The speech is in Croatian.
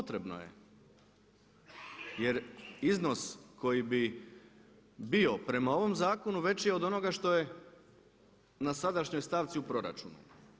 Potrebno je jer iznos koji bi bio prema ovom zakonu veći od onoga što je na sadašnjoj stavci u proračunu.